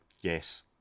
yes